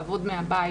לעבוד מהבית.